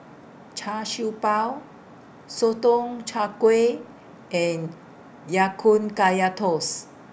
Char Siew Bao Sotong Char Kway and Ya Kun Kaya Toast